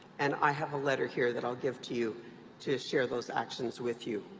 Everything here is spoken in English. and i have a letter here that i'll give to you to share those actions with you.